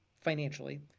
financially